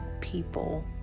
people